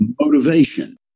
Motivation